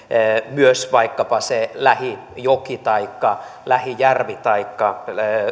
myös vaikkapa se lähijoki lähijärvi taikka